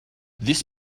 this